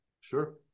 Sure